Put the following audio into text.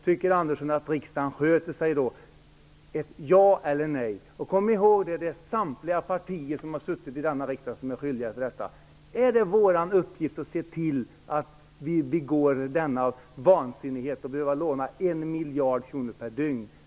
Tycker herr Andersson att riksdagen sköter sig då -- ja eller nej? Och kom ihåg att samtliga partier som har suttit i denna riksdag är skyldiga till detta. Är det vår uppgift att se till att vi begår en sådan vansinnighet att vi måste låna 1 miljard kronor per dygn?